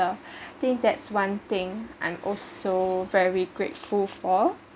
think that's one thing I’m also very grateful for